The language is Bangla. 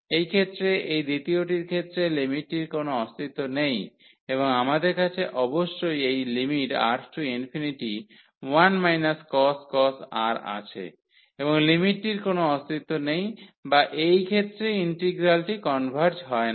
এই ক্ষেত্রে এই দ্বিতীয়টির ক্ষেত্রে লিমিটটির কোন অস্তিত্ব নেই এবং আমাদের কাছে অবশ্যই এই lim⁡R→∞1 cos R আছে এবং লিমিটটির কোন অস্তিত্ব নেই বা এই ক্ষেত্রে ইন্টিগ্রালটি কনভার্জ হয় না